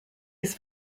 his